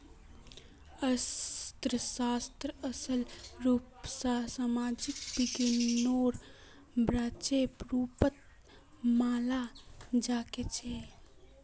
अर्थशास्त्रक असल रूप स सामाजिक विज्ञानेर ब्रांचेर रुपत मनाल जाछेक